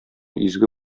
изге